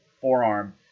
forearm